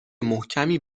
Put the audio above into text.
محکمی